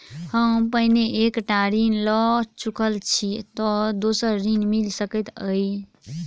हम पहिने एक टा ऋण लअ चुकल छी तऽ दोसर ऋण मिल सकैत अई?